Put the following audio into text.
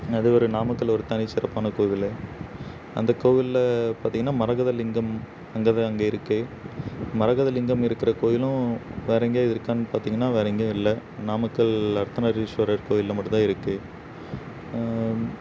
அது ஒரு நாமக்கல்லில் ஒரு தனிச்சிறப்பான கோவில் அந்த கோவிலில் பார்த்தீங்கன்னா மரகத லிங்கம் அங்கேதான் அங்கே இருக்குது மரகத லிங்கம் இருக்கிற கோயிலும் வேறு எங்கேயாது இருக்கான்னு பார்த்தீங்கன்னா வேறு எங்கையும் இல்லை நாமக்கல் அர்த்தநாரீஸ்வரர் கோயிலில் மட்டும்தான் இருக்குது